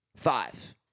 Five